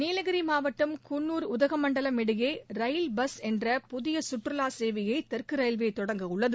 நீலகிரி மாவட்டம் குன்னூர் உதகமண்டலம் இடையே rail bus என்ற புதிய சுற்றுலா சேவையை தெற்கு ரயில்வே தொடங்கவுள்ளது